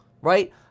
right